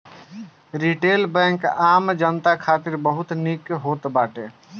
retail bank आम जनता खातिर बहुते निक होत बाटे